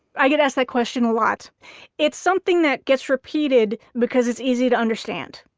i get asked that question a lot it's something that gets repeated because it's easy to understand.